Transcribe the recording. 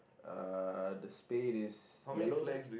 uh the spade is yellow